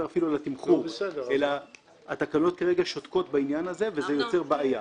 אפילו על התמחור אלא שהתקנות כרגע שותקות בעניין הזה וזה יוצר בעיה.